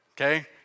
okay